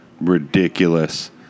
ridiculous